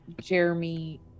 Jeremy